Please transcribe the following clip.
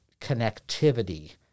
connectivity